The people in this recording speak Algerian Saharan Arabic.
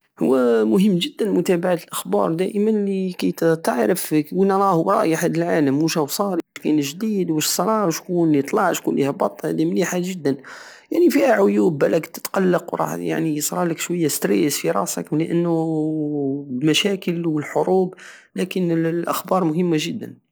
هو مهم جدا متابعة الاخباؤ دائما لكي تعرف وين راه رايح هاد العالم واش راه صاري واش كاين جديد واش صرى شكون لي طلع شكون لي هبط هدي مليحة جدا يعني فسها عيوب بالاك تتقلق وراه يعني يصرالك شوية ستريس في راسك لانو المشاكل والحروب لكن الأخبار مهمة جدا